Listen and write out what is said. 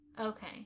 okay